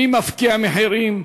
מי מפקיע מחירים,